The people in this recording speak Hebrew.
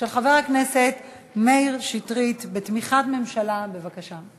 של חבר הכנסת מאיר שטרית בתמיכת הממשלה, בבקשה.